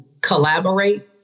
collaborate